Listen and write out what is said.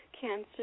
Cancer